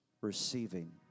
Receiving